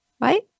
Right